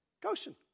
Goshen